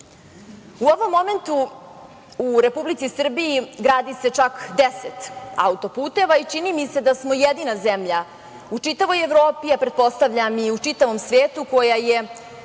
ovom momentu u Republici Srbiji gradi se čak 10 autoputeva, i čini mi se da smo jedina zemlja u čitavoj Evropi, a pretpostavljam i u čitavom svetu koja je